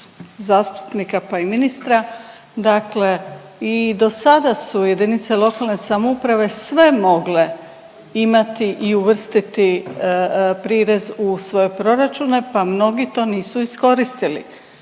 zastupnika pa i ministra, dakle i do sada su jedinice lokalne samouprave sve mogle imati i uvrstiti prirez u svoje proračune pa mnogi to nisu iskoristili.